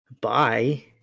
Bye